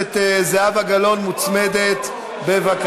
והעומד בראשה